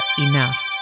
enough